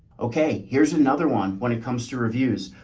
okay, here's another one. when it comes to reviews,